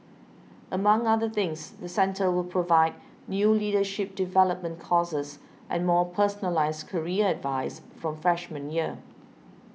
among other things the centre will provide new leadership development courses and more personalised career advice from freshman year